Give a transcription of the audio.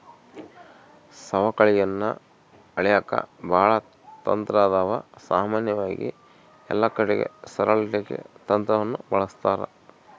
ಸವಕಳಿಯನ್ನ ಅಳೆಕ ಬಾಳ ತಂತ್ರಾದವ, ಸಾಮಾನ್ಯವಾಗಿ ಎಲ್ಲಕಡಿಗೆ ಸರಳ ರೇಖೆ ತಂತ್ರವನ್ನ ಬಳಸ್ತಾರ